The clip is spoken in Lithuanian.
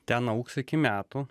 ten augs iki metų